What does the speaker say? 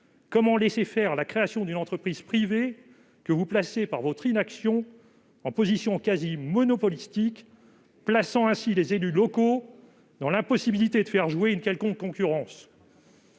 comment laisser faire la création d'une entreprise privée, que vous placez, par votre inaction, en position quasi monopolistique, privant ainsi les élus locaux de la possibilité de faire jouer une quelconque concurrence ?